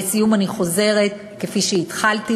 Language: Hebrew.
לסיום, אני חוזרת כפי שהתחלתי: